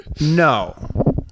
No